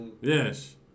Yes